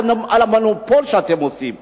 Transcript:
על המונופול שאתם עושים,